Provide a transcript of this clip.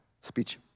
speech